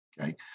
Okay